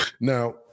Now